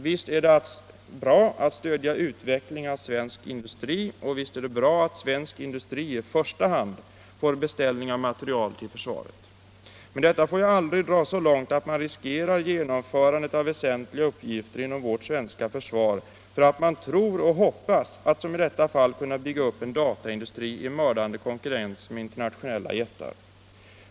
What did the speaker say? Visst är det bra att stödja utvecklingen av svensk industri, och visst är det bra att svensk industri i första hand får beställningar av materiel till försvaret. Men detta får ju aldrig dras så långt att man riskerar genomförandet av väsentliga uppgifter inom vårt svenska försvar för att man tror och hoppas — som i detta fall — att kunna bygga upp en dataindustri i mördande konkurrens med internationella jättar.